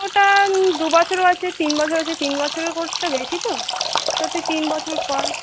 ওটা দু বছরও আছে তিন বছর আছে তিন বছরের কোর্সটা বেশি তো তো তুই তিন বছর কর